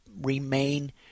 remain